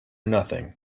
nothing